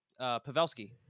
Pavelski